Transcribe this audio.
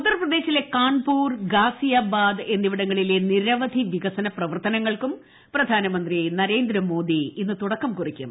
ഉത്തർപ്രദേശിലെ കാൺപൂർ ഗാസിയാബാദ് എന്നിവിടങ്ങളിലെ നിരവധി വികസന പ്രവർത്തനങ്ങൾക്കും പ്രധാനമന്ത്രി നരേന്ദ്രമോദി ഇന്ന് തുടക്കം കുറിക്കും